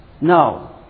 No